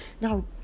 Now